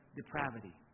depravity